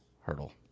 Hurdle